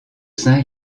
saint